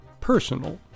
personal